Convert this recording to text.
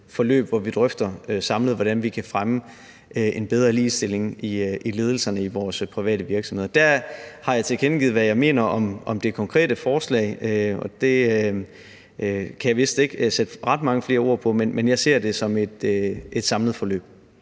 hvor vi drøfter samlet, hvordan vi kan fremme en bedre ligestilling i ledelserne i vores private virksomheder. Jeg har tilkendegivet, hvad jeg mener om det konkrete forslag, og det kan jeg vist ikke sætte ret mange flere ord på. Men jeg ser det som et samlet forløb.